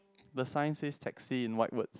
the sign says taxi in white word